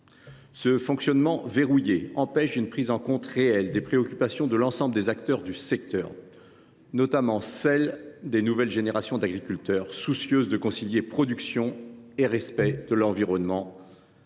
Ce fonctionnement verrouillé empêche une prise en compte réelle des préoccupations de l’ensemble des acteurs du secteur, notamment celles des nouvelles générations d’agriculteurs, soucieuses de concilier production et respect de l’environnement.